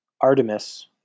Artemis